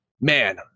man